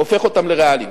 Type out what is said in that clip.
הופך אותם לריאליים.